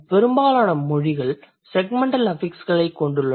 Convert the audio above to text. பெரும்பாலான மொழிகள் செக்மெண்டல் அஃபிக்ஸ்களைக் கொண்டுள்ளன